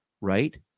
right